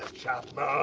ah chapman! ah